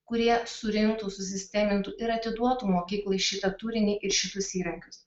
kurie surinktų susistemintų ir atiduotų mokyklai šitą turinį ir šitus įrankius